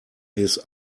his